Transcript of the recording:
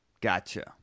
Gotcha